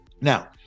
Now